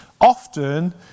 Often